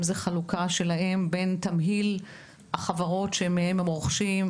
אם זה חלוקה שלהן בין תמהיל החברות שמהן הם רוכשים,